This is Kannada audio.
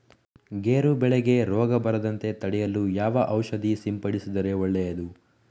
ಗೇರು ಬೆಳೆಗೆ ರೋಗ ಬರದಂತೆ ತಡೆಯಲು ಯಾವ ಔಷಧಿ ಸಿಂಪಡಿಸಿದರೆ ಒಳ್ಳೆಯದು?